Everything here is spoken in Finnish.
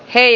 hei